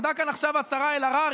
עמדה כאן עכשיו השרה אלהרר,